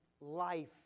life